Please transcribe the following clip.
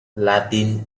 latin